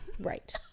Right